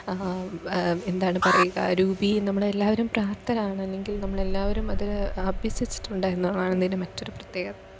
എന്താണ് പറയുക രൂപി നമ്മളെല്ലാവരും പ്രാപ്തരാണ് അല്ലങ്കിൽ നമ്മളെല്ലാവരും അത് അഭ്യസിച്ചിട്ടുണ്ട് എന്നുള്ളതാണ് ഇതിൻ്റെ മറ്റൊരു പ്രത്യേകത